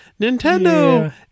Nintendo